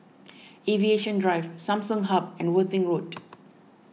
Aviation Drive Samsung Hub and Worthing Road